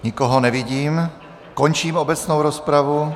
Nikoho nevidím, končím obecnou rozpravu.